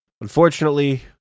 Unfortunately